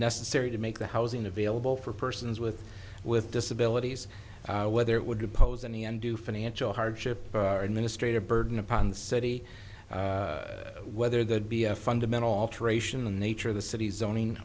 necessary to make the housing available for persons with with disabilities whether it would pose any undue financial hardship administrative burden upon the city whether there'd be a fundamental alteration in the nature of the city's zoning